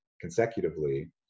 consecutively